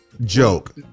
Joke